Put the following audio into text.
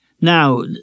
Now